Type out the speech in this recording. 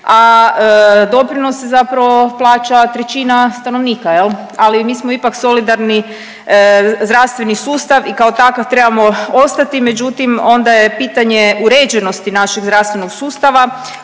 a doprinose zapravo plaća trećina stanovnika jel, ali mi smo ipak solidarni zdravstveni sustav i kao takav trebamo ostati, međutim onda je pitanje uređenosti našeg zdravstvenog sustava